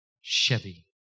Chevy